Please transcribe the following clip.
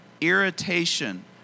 irritation